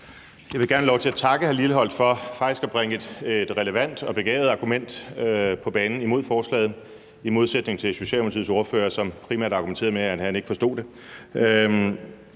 Jeg vil gerne have lov til at takke hr. Lars Christian Lilleholt for faktisk at bringe et relevant og begavet argument imod forslaget på banen – i modsætning til Socialdemokratiets ordfører, som primært argumenterede med, at han ikke forstod det